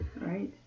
right